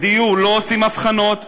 בדיור לא עושים הבחנות,